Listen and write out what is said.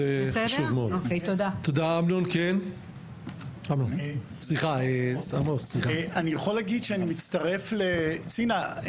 אני יכול להגיד שאני מצטרף לצינה.